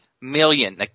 million